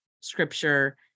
Scripture